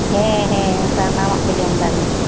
ᱦᱮᱸ ᱦᱮᱸ ᱥᱟᱱᱟᱢᱟᱜ ᱠᱚ ᱡᱚᱢ ᱫᱟᱲᱤᱭᱟᱜᱼᱟ